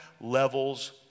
levels